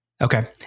Okay